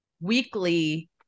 weekly